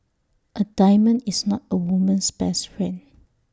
A diamond is not A woman's best friend